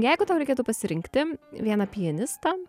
jeigu tau reikėtų pasirinkti vieną pianistą